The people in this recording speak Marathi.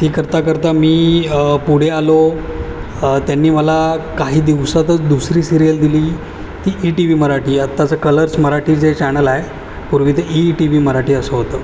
ती करता करता मी पुढे आलो त्यांनी मला काही दिवसातच दुसरी सिरीयल दिली ती ई टी व्ही मराठी आत्ताचं कलर्स मराठी जे चॅनल आहे पूर्वी तर ई टी वी मराठी असं होतं